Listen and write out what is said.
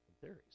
theories